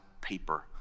paper